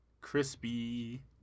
crispy